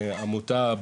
עמותה,